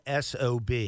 SOB